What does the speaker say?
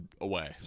away